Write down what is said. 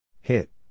Hit